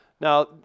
Now